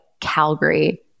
Calgary